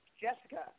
Jessica